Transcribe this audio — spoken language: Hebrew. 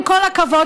עם כל הכבוד,